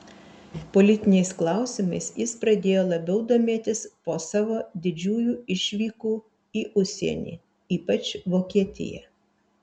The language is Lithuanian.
politiniais klausimais jis pradėjo labiau domėtis po savo didžiųjų išvykų į užsienį ypač vokietiją